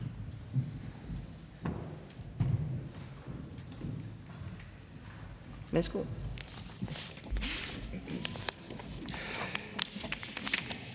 Værsgo.